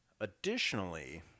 Additionally